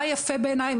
מה יפה בעיניי,